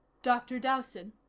dr. dowson,